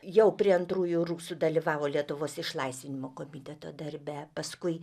jau prie antrųjų rusų dalyvavo lietuvos išlaisvinimo komiteto darbe paskui